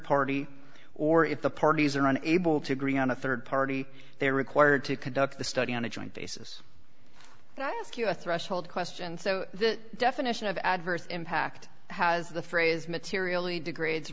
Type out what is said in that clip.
party or if the parties are unable to agree on a third party they are required to conduct the study on a joint basis and i ask you a threshold question so the definition of adverse impact has the phrase materially degrades